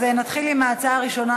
אז נתחיל עם ההצעה הראשונה,